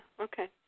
okay